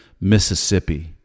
Mississippi